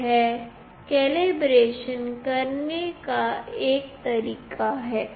यह कैलिब्रेशन करने का एक तरीका है